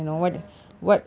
uh